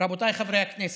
רבותיי חברי הכנסת,